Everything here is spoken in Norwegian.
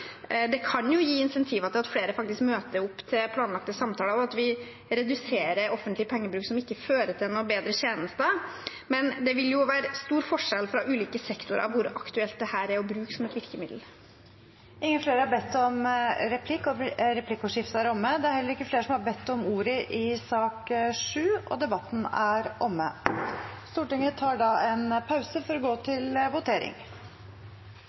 Det kan jo gi insentiver til at flere faktisk møter opp til planlagte samtaler, og at vi reduserer offentlig pengebruk som ikke fører til noe bedre tjenester, men det vil jo være stor forskjell mellom ulike sektorer hvor aktuelt det er å bruke dette som et virkemiddel. Replikkordskiftet er omme, og flere har ikke bedt om ordet til sak nr. 7. Stortinget tar da en pause for å gå til votering. Stortinget går til votering og